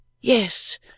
Yes